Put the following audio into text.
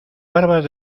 barbas